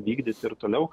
vykdyt ir toliau